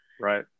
Right